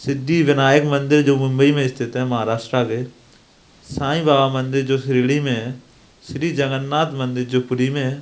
सिद्धि विनायक मंदिर जो मुंबई में स्थित है महाराष्ट्र के साईं बाबा मंदिर जो शिर्डी में है श्री जगन्नाथ मंदिर जो पुरी में है